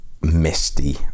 misty